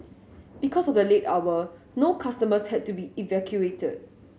because of the late hour no customers had to be evacuated